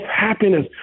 happiness